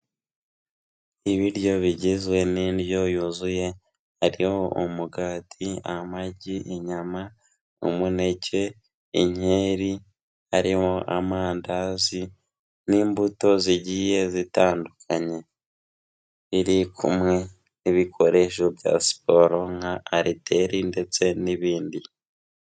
Ibiryo bigizwe n'indyo yuzuye, hariho umugati, amagi, inyama, umuneke, inkeri, harimo amandazi n'imbuto zigiye zitandukanye, iri kumwe n'ibikoresho bya siporo nka ariteri ndetse n'ibindi.